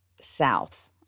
south